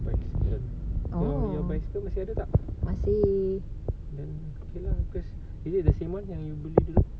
oh masih